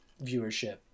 viewership